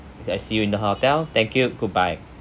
let's see you in the hotel thank you goodbye